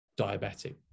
diabetic